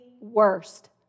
worst